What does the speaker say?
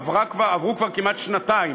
עברו כבר כמעט שנתיים.